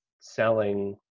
selling